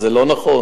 זה לא נכון.